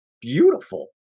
beautiful